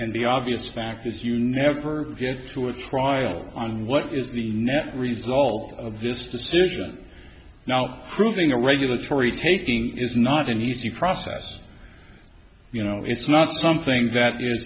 the obvious fact is you never get through a trial on what is the net result of this decision now proving a regulatory taking is not an easy process you know it's not something that is